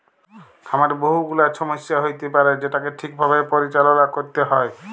খামারে বহু গুলা ছমস্যা হ্য়য়তে পারে যেটাকে ঠিক ভাবে পরিচাললা ক্যরতে হ্যয়